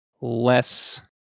less